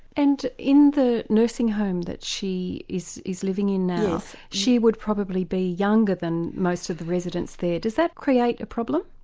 and in the nursing home that she is is living in now, she would probably be younger than most of the residents there. does that create a problem?